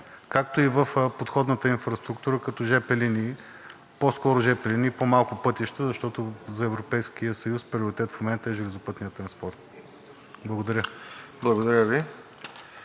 както и в подходната инфраструктура като жп линии. По-скоро жп линии, по-малко пътища, защото за Европейския съюз приоритет в момента е железопътният транспорт. Благодаря.